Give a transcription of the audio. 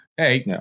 Hey